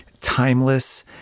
timeless